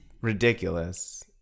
ridiculous